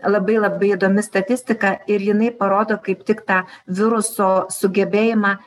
labai labai įdomi statistika ir jinai parodo kaip tik tą viruso sugebėjimą